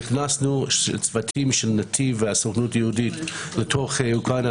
נכנסו צוותים של נתיב והסוכנות היהודית לתוך אוקראינה.